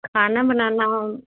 खाना बनाना